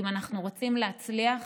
אם אנחנו רוצים להצליח,